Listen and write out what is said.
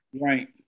Right